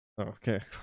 Okay